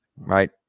Right